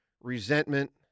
resentment